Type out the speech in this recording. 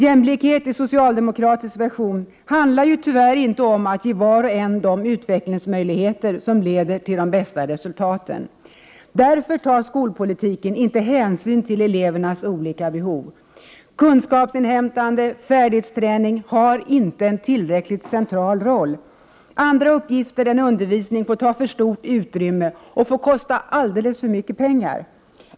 Jämlikhet i socialdemokratisk version handlar tyvärr inte om att ge var och en de utvecklingsmöjligheter som leder till de bästa resultaten. Därför tar den socialdemokratiska skolpolitiken inte hänsyn till elevernas olika behov. Kunskapsinhämtande och färdighetsträning har inte en tillräckligt central roll. Andra uppgifter än undervisning får ta för stort utrymme och kosta alldeles för mycket pengar.